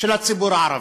של הציבור הערבי.